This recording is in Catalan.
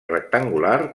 rectangular